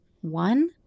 One